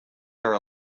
are